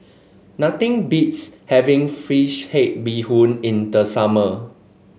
nothing beats having fish head Bee Hoon in the summer